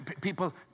people